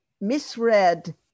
misread